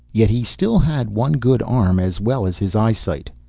yet he still had one good arm as well as his eyesight.